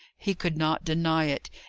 he could not deny it,